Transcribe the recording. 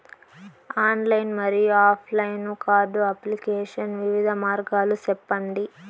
Online మరియు offline card application వివిధ మార్గాలు సెప్పండి?